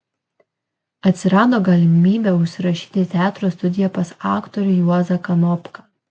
atsirado galimybė užsirašyti į teatro studiją pas aktorių juozą kanopką